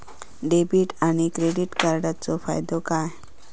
Debit आणि credit कार्डचो फायदो काय?